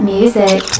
Music